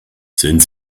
sind